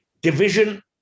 Division